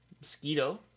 Mosquito